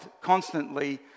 constantly